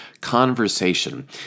conversation